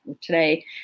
today